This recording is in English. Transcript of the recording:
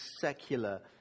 secular